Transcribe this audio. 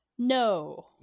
No